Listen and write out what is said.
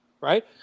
right